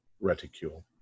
reticule